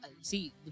see